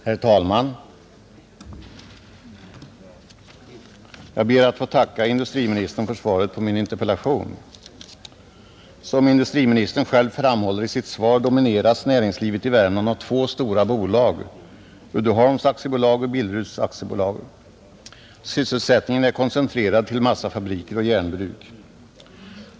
Herr talman! Jag ber att få tacka industriministern för svaret på min interpellation. Som industriministern själv framhåller i sitt svar domineras näringslivet i Värmland av två stora bolag, Uddeholm AB och Billeruds AB. Sysselsättningen är koncentrerad till massafabriker och järnbruk.